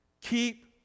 keep